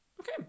Okay